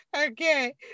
okay